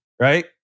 right